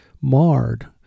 marred